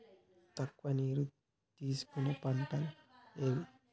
తక్కువ నీరు తీసుకునే పంటలు ఏవి?